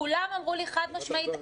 כולם אמרו לי חד משמעית,